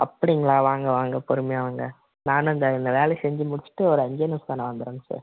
அப்படிங்களா வாங்க வாங்க பொறுமையாக வாங்க நானும் இந்த இந்த வேலையை செஞ்சு முடிச்சிவிட்டு ஒரு அஞ்சே நிமிடம் நான் வந்துடுறேங்க சார்